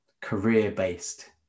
career-based